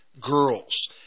girls